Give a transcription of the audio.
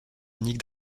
unique